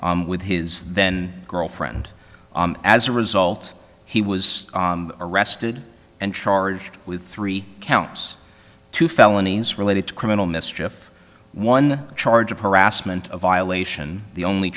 with his then girlfriend as a result he was arrested and charged with three counts two felonies related to criminal mischief one charge of harassment of violation the only